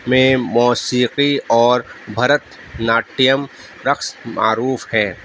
میں موسیقی اور بھرت ناٹیم رقص معروف ہیں